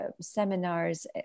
seminars